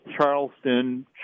Charleston